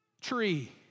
tree